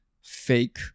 fake